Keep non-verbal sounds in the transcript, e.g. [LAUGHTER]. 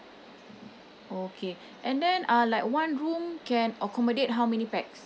okay [BREATH] and then uh like one room can accommodate how many pax